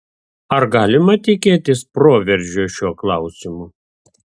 ar galima tikėtis proveržio šiuo klausimu